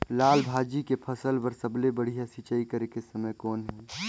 लाल भाजी के फसल बर सबले बढ़िया सिंचाई करे के समय कौन हे?